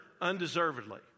undeservedly